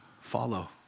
follow